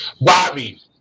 bobby